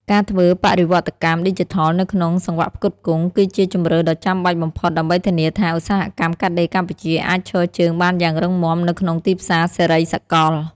ការធ្វើបរិវត្តកម្មឌីជីថលនៅក្នុងសង្វាក់ផ្គត់ផ្គង់ គឺជាជម្រើសដ៏ចាំបាច់បំផុតដើម្បីធានាថា ឧស្សាហកម្មកាត់ដេរកម្ពុជាអាចឈរជើងបានយ៉ាងរឹងមាំនៅក្នុងទីផ្សារសេរីសកល។